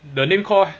the name called